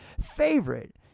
Favorite